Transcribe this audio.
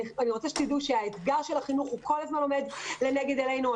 אני רוצה שתדעו שאתגר החינוך כל הזמן עומד לנגד עינינו.